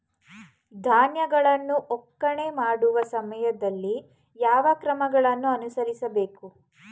ಧಾನ್ಯಗಳನ್ನು ಒಕ್ಕಣೆ ಮಾಡುವ ಸಮಯದಲ್ಲಿ ಯಾವ ಕ್ರಮಗಳನ್ನು ಅನುಸರಿಸಬೇಕು?